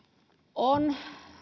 on